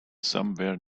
somewhere